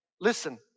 listen